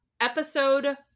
episode